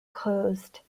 closed